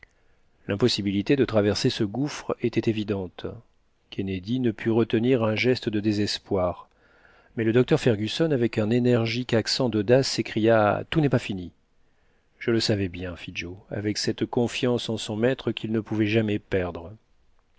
l'impossibilité de traverser ce gouffre était évidente kennedy ne put retenir un geste de désespoir mais le docteur fergusson avec un énergique accent d'audace s'écria tout n'est pas fini je le savais bien fit joe avec cette confiance en son maître qu'il ne pouvait jamais perdre